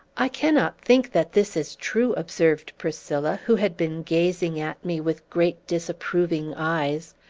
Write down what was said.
i cannot think that this is true, observed priscilla, who had been gazing at me with great, disapproving eyes.